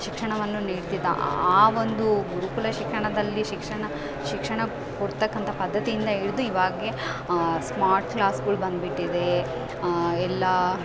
ಶಿಕ್ಷಣವನ್ನು ನೀಡ್ತಿದ್ದ ಆವೊಂದು ಗುರುಕುಲ ಶಿಕ್ಷಣದಲ್ಲಿ ಶಿಕ್ಷಣ ಶಿಕ್ಷಣ ಕೊಡ್ತಕ್ಕಂಥ ಪದ್ದತಿಯಿಂದ ಹಿಡಿದು ಇವಾಗೆ ಸ್ಮಾರ್ಟ್ ಕ್ಲಾಸ್ಗಳ್ ಬಂದುಬಿಟ್ಟಿವೆ ಎಲ್ಲ